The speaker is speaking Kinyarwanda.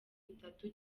itatu